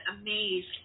amazed